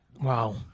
wow